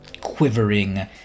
quivering